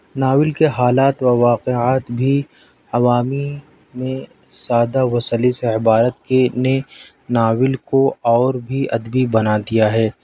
novel کے حالات و واقعات بھی عوامی میں سادھا و سلیس عبارت کی نے ناول کو اور بھی ادبی بنا دیا ہے